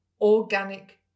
organic